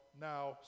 now